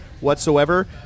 whatsoever